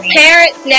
parents